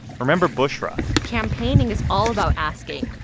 remember bushra? campaigning is all about asking